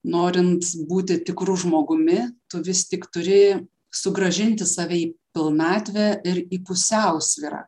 norint būti tikru žmogumi tu vis tik turi sugrąžinti save į pilnatvę ir į pusiausvyrą